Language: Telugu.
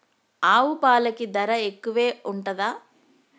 ఆవు పాలకి ధర ఎక్కువే ఉంటదా?